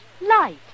Light